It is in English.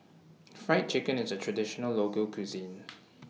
Fried Chicken IS A Traditional Local Cuisine